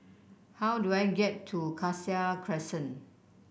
how do I get to Cassia Crescent